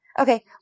Okay